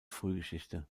frühgeschichte